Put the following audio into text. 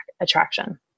attraction